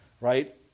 Right